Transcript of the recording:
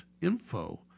info